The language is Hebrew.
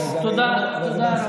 אז תודה, תודה.